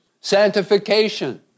sanctification